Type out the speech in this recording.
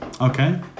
Okay